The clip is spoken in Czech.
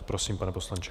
Prosím, pane poslanče.